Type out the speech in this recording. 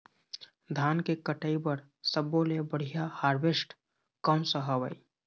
धान के कटाई बर सब्बो ले बढ़िया हारवेस्ट कोन सा हवए?